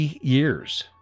years